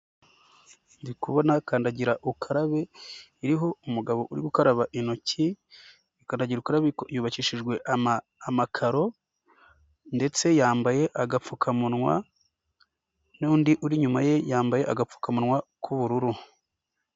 Ndi kubona kandagira ukarabe iriho umugabo uri gukaraba intoki kandagira ukarabe yubakishijwe amakaro ndetse yambaye agapfukamunwa n'undi uri inyuma ye yambaye agapfukamunwa k'ubururu.